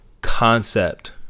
Concept